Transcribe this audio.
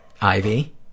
Ivy